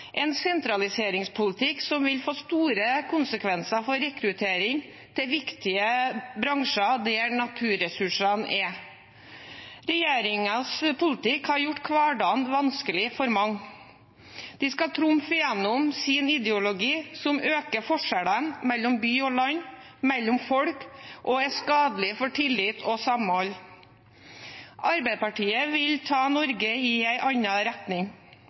en sentraliseringspolitikk som vil få store konsekvenser for rekruttering til viktige bransjer der naturressursene er. Regjeringens politikk har gjort hverdagen vanskelig for mange. De skal trumfe gjennom sin ideologi, som øker forskjellene mellom by og land og mellom folk, og som er skadelig for tillit og samhold. Arbeiderpartiet vil ta Norge i en annen retning,